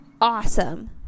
awesome